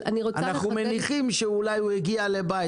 אנחנו מניחים שאולי הוא הגיע לבית.